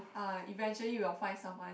uh eventually you will find someone